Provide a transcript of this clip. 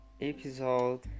episode